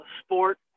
sport